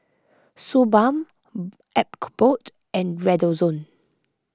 Suu Balm Abbott and Redoxon